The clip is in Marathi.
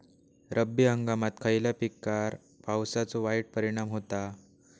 रब्बी हंगामात खयल्या पिकार पावसाचो वाईट परिणाम होता?